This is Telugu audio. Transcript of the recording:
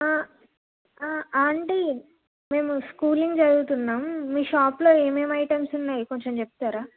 ఆ ఆంటీ మేము స్కూలింగ్ చదువుతున్నాం మీ షాప్లో ఏమేమి ఐటమ్స్ ఉన్నాయి కొంచం చెప్తారా